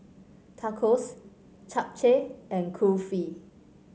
Tacos Japchae and Kulfi